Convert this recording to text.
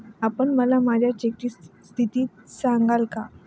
आपण मला माझ्या चेकची स्थिती सांगाल का?